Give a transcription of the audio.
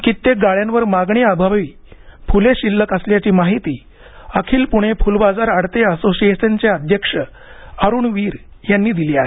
कित्येक गाळ्यांवर मागणी अभावी फुले शिल्लक असल्याची माहिती अखिल पुणे फुलबाजार आडते असोसिएशनचे अध्यक्ष अरुण वीर यांनी दिली आहे